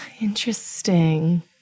interesting